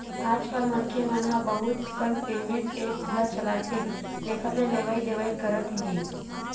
आजकल मनखे मन ह बहुत कन पेमेंट ऐप्स ल चलाथे जेखर ले लेवइ देवइ करत हे